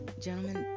gentlemen